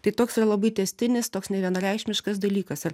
tai toks yra labai tęstinis toks nevienareikšmiškas dalykas ir